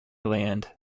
land